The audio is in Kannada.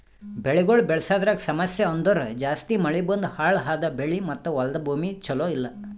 ಬೆಳಿಗೊಳ್ ಬೆಳಸದ್ರಾಗ್ ಸಮಸ್ಯ ಅಂದುರ್ ಜಾಸ್ತಿ ಮಳಿ ಬಂದು ಹಾಳ್ ಆದ ಬೆಳಿ ಮತ್ತ ಹೊಲದ ಭೂಮಿ ಚಲೋ ಇಲ್ಲಾ